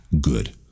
good